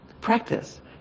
practice